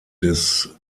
des